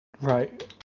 Right